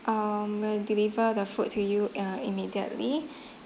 um we'll deliver the food to you uh immediately